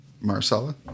Marcella